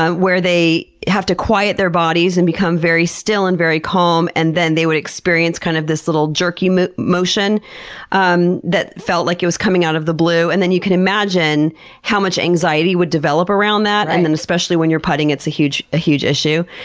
ah where they have to quiet their bodies and become very still and very calm, and then they would experience kind of this little jerky motion um that felt like it was coming out of the blue. and then you could imagine how much anxiety would develop around that, and then especially when you're putting, it's a huge huge issue.